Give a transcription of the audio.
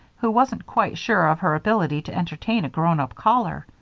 who wasn't quite sure of her ability to entertain a grown-up caller.